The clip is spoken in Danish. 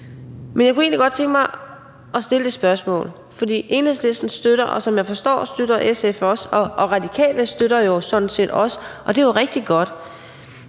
Men jeg kunne egentlig godt tænke mig at stille et spørgsmål, for Enhedslisten støtter det, og som jeg forstår det, støtter SF det også, og Radikale støtter det jo sådan set også, og det er jo rigtig godt.